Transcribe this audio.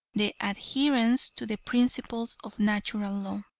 the adherence to the principles of natural law.